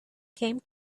came